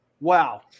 Wow